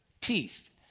teeth